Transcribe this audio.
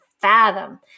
fathom